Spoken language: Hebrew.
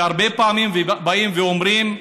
הרבה פעמים באים ואומרים: